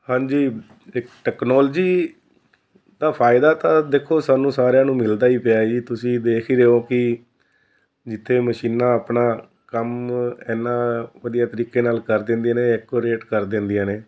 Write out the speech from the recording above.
ਹਾਂਜੀ ਟੈਕਨੋਲਜੀ ਦਾ ਫਾਇਦਾ ਤਾਂ ਦੇਖੋ ਸਾਨੂੰ ਸਾਰਿਆਂ ਨੂੰ ਮਿਲਦਾ ਹੀ ਪਿਆ ਜੀ ਤੁਸੀਂ ਦੇਖ ਹੀ ਰਹੇ ਹੋ ਕਿ ਜਿੱਥੇ ਮਸ਼ੀਨਾਂ ਆਪਣਾ ਕੰਮ ਇੰਨਾ ਵਧੀਆ ਤਰੀਕੇ ਨਾਲ ਕਰ ਦਿੰਦੀਆਂ ਨੇ ਐਕੋਰੇਟ ਕਰ ਦਿੰਦੀਆਂ ਨੇ